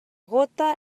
gota